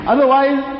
Otherwise